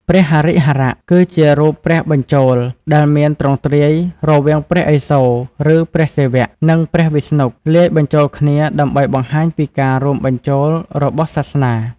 ព្រះហរិហរៈគឺជារូបព្រះបញ្ចូល ដែលមានទ្រង់ទ្រាយរវាងព្រះឥសូរ (ឬ ព្រះសិវៈ) និងព្រះវិស្ណុ លាយបញ្ចូលគ្នាដើម្បីបង្ហាញពីការរួមបញ្ចូលរបស់សាសនា។